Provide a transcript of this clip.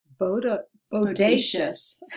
Bodacious